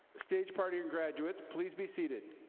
stage party and graduates, please be seated.